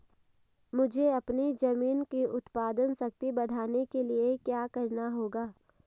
मुझे अपनी ज़मीन की उत्पादन शक्ति बढ़ाने के लिए क्या करना होगा?